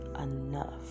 enough